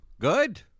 Good